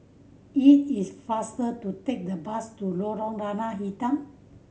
it is faster to take the bus to Lorong Lada Hitam